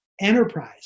enterprise